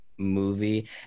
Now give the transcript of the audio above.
Movie